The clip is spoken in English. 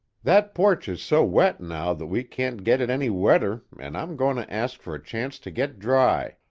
that porch is so wet now that we can't get it any wetter an' i'm goin' to ask for a chance to get dry.